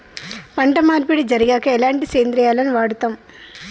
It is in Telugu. పంట మార్పిడి జరిగాక ఎలాంటి సేంద్రియాలను వాడుతం?